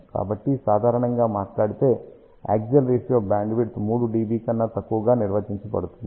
కాబట్టి సాధారణంగా మాట్లాడితే యాక్సియల్ రేషియో బ్యాండ్విడ్త్ 3 dB కన్నా తక్కువ గా నిర్వచించబడుతుంది